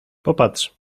popatrz